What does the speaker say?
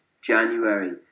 January